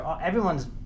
everyone's